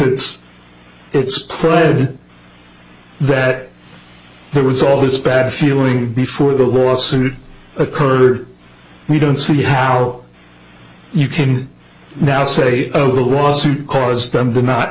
it's it's praed that there was all this bad feeling before the lawsuit occurred we don't see how you can now say oh the lawsuit caused them to not